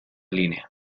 línea